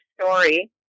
story